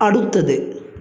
അടുത്തത്